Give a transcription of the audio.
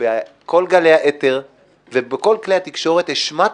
בכל גלי האתר ובכל כלי התקשורת השמעתם,